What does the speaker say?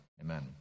Amen